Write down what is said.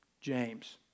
James